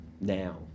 now